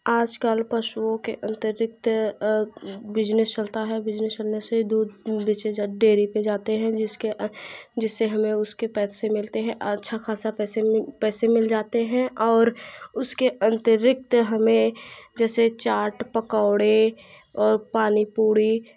आजकल पशुओं के अतिरिक्त बिजनेस चलता है बिजनेस चलने से दूध बेचा जाता डेरी पे देरी पे जाते हैं जिसके जिससे हमें उसके पैसे मिलते हैं और अच्छा खासा पैसे में पैसे मिल जाते हैं और उसके अतिरिक्त हमें जैसे चाट पकौड़े और पानी पूड़ी